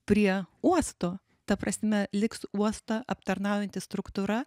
prie uosto ta prasme liks uostą aptarnaujanti struktūra